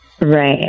Right